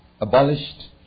abolished